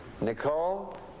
Nicole